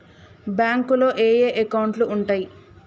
బ్యాంకులో ఏయే అకౌంట్లు ఉంటయ్?